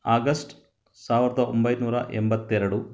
August ಸಾವಿರದ ಒಂಬೈನೂರ ಎಂಬತ್ತೆರಡು